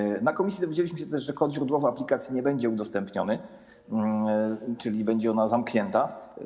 Na posiedzeniu komisji dowiedzieliśmy się też, że kod źródłowy aplikacji nie będzie udostępniony, czyli będzie ona zamknięta.